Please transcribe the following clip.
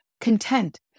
content